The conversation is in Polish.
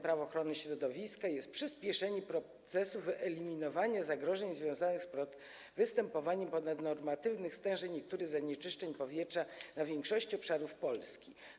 Prawo ochrony środowiska jest przyspieszenie procesu eliminowania zagrożeń związanych z występowaniem ponadnormatywnych stężeń niektórych zanieczyszczeń powietrza na większości obszarów Polski.